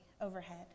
overhead